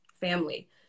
family